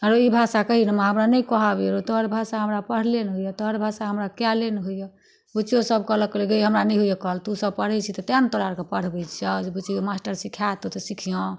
हेरौ ई भाषा कही ने माँ हमरा नहि कहऽ आबैय रौ तोहर भाषा हमरा पढ़ले नहि होइए तोहर भाषा हमरा कयले नहि होइए बुचियो सब कहलक कहलक गै हमरा नहि होइए कहल तूसब पढ़ै छिहि तेँ ने तोरा अरके पढ़बै छियौ जे बुची गै मास्टर सिखा देतौ तऽ सिखी हँ